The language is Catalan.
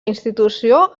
institució